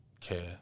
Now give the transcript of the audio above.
care